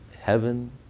heaven